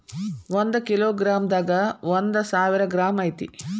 ಒಂದ kilogram ದಾಗ ಒಂದ ಸಾವಿರ ಗ್ರಾಂ ಐತಿ